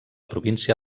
província